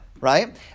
right